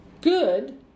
good